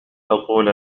أقول